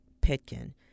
Pitkin